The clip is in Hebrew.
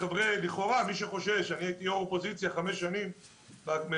אני הייתי יושב ראש אופוזיציה במשך חמש שנים ואני